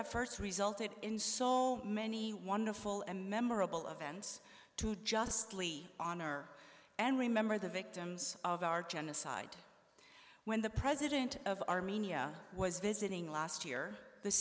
efforts resulted in so many wonderful and memorable events to justly honor and remember the victims of our genocide when the president of armenia was visiting last year the